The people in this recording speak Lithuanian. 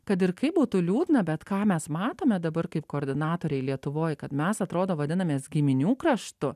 kad ir kaip būtų liūdna bet ką mes matome dabar kaip koordinatoriai lietuvoj kad mes atrodo vadinamės giminių kraštu